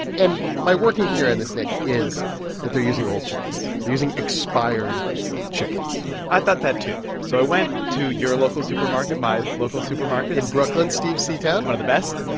and my working theory on this, nick, is that they're using old chickens. they're using expired chickens i thought that, too. so i went to your local supermarket my local supermarket in brooklyn, steve's c-town one of the best.